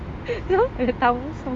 laugh at tamil song